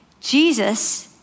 Jesus